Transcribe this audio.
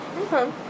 Okay